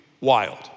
wild